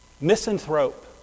Misanthrope